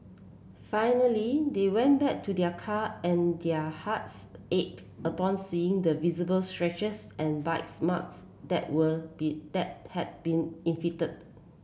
finally they went back to their car and their hearts ache upon seeing the visible stretches and bites marts that were be that had been